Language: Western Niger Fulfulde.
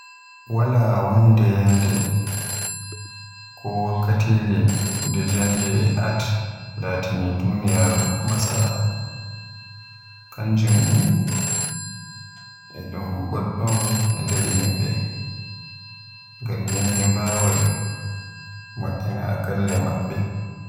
Wala yande ko wakkitire nde jannde art laatani duniyaaru ndu matsala. Kanjum ni e dun boddum e nder yimbe, ngam yimbe bawai mo'ina galle mabbe.